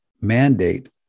Mandate